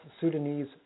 Sudanese